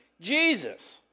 Jesus